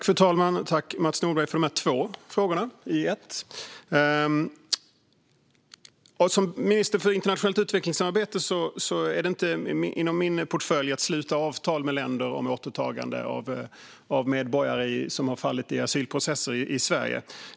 Fru talman! Tack, Mats Nordberg, för dessa frågor! Som minister för internationellt utvecklingssamarbete hör det inte till min portfölj att sluta avtal med länder om återtagande av medborgare som har fallit i asylprocesser i Sverige.